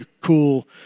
cool